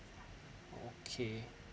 okay